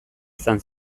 izan